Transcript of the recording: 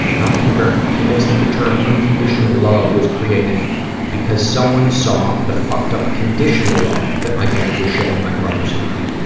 i'm convinced convinced that the term unconditional love was created because someone saw the fucked-up conditional love that my dad was showing my brothers and i.